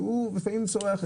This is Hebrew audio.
שהוא לפעמים צורח,